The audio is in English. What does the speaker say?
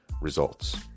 results